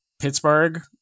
Pittsburgh